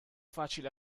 facile